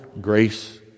grace